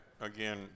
again